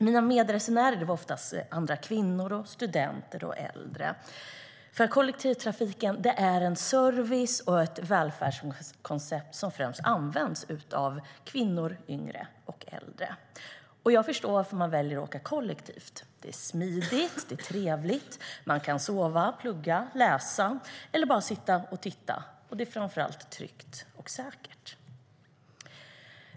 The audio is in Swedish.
Mina medresenärer var oftast andra kvinnor, studenter och äldre. Kollektivtrafiken är en service och ett välfärdskoncept som främst används av kvinnor, yngre och äldre. Jag förstår varför man väljer att åka kollektivt. Det är smidigt. Det är trevligt. Man kan sova, plugga, läsa eller bara sitta och titta. Det är framför allt tryggt och säkert.